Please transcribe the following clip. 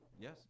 yes